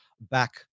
back